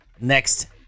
next